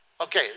Okay